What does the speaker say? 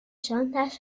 żądasz